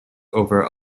over